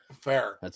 Fair